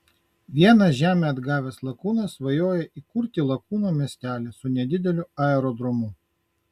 vienas žemę atgavęs lakūnas svajoja įkurti lakūnų miestelį su nedideliu aerodromu